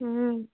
हं